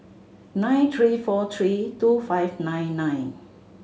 nine three four three two five nine nine